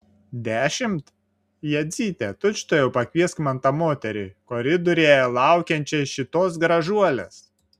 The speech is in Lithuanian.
dešimt jadzyte tučtuojau pakviesk man tą moterį koridoriuje laukiančią šitos gražuolės